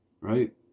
right